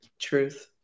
truth